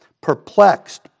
Perplexed